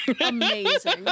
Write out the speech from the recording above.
Amazing